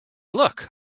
look